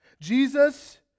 Jesus